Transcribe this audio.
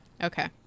Okay